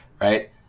right